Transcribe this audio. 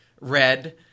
red